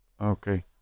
okay